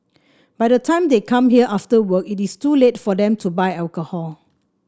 by the time they come here after work it is too late for them to buy alcohol